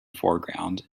foreground